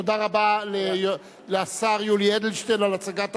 תודה רבה לשר יולי אדלשטיין על הצגת החוק.